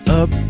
up